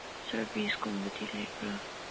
ꯁꯔꯚꯤꯁꯀꯨꯝꯕꯗꯤ ꯂꯩꯕ꯭ꯔꯥ